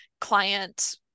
client